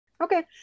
Okay